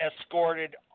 escorted